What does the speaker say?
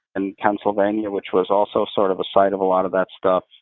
in pennsylvania, which was also sort of a site of a lot of that stuff,